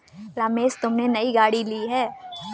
रमेश तुमने नई गाड़ी ली हैं